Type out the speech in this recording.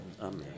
Amen